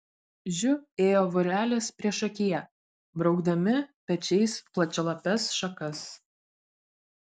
žiu ėjo vorelės priešakyje braukdami pečiais plačialapes šakas